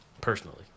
Personally